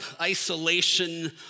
isolation